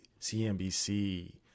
CNBC